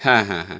হ্যাঁ হ্যাঁ হ্যাঁ